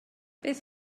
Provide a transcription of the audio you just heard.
beth